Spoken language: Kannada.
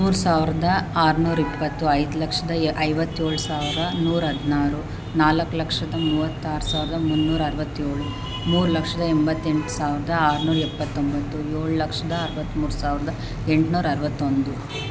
ಮೂರು ಸಾವ್ರದ ಆರುನೂರಿಪ್ಪತ್ತು ಐದು ಲಕ್ಷದ ಎ ಐವತ್ತೇಳು ಸಾವಿರ ನೂರ ಹದ್ನಾರು ನಾಲ್ಕು ಲಕ್ಷದ ಮೂವತ್ತಾರು ಸಾವ್ರದ ಮುನ್ನೂರ ಅರವತ್ತೇಳು ಮೂರು ಲಕ್ಷದ ಎಂಬತ್ತೆಂಟು ಸಾವ್ರದ ಆರುನೈರೆಪ್ಪತ್ತೊಂಬತ್ತು ಏಳು ಲಕ್ಷದ ಅರ್ವತ್ಮೂರು ಸಾವಿರ್ದ ಎಂಟುನೂರ ಅರವತ್ತೊಂದು